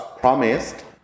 promised